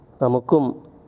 Namukum